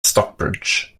stockbridge